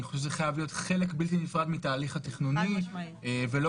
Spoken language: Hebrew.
אני חושב שזה חייב להיות חלק בלתי נפרד מהתהליך התכנוני ולא